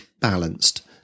balanced